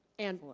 and,